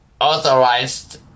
authorized